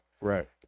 right